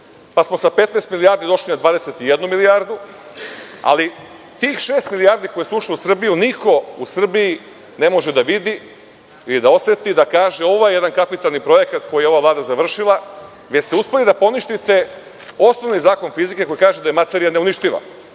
pa smo sa 15 milijardi došli na 21 milijardu, ali tih šest milijardi koje su ušle u Srbiju niko u Srbiji ne može da vidi ili da oseti, da kaže – ovo je jedan kapitalni projekat koji je ova Vlada završila, već ste uspeli da poništite osnovni zakon fizike koji kaže da je materija neuništiva.